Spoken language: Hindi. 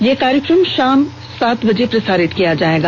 यह कार्यक्रम शाम सात बजे प्रसारित किया जायेगा